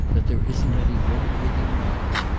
that there isn't any woman with you now?